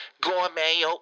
gourmet